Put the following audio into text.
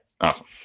Awesome